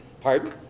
Pardon